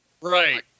right